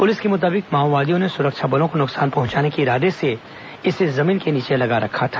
police के मुताबिक माओवादियों ने सुरक्षा बलों को नुकेसान पहुंचाने के इरादे से इसे जमीन के नीचे लगा रखा था